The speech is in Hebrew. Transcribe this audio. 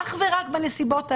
אך ורק בנסיבות האלה,